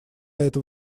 эта